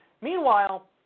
Meanwhile